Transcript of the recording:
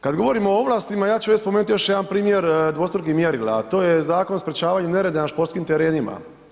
Kad govorimo o ovlastima, ja ću ovdje spomenuti još jedan primjer dvostrukih mjerila, a to je Zakon o sprječavanju nereda na školskim terenima.